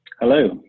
Hello